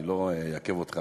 אני לא אעכב אותך,